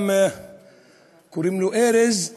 שקוראים לו ארז.